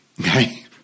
Okay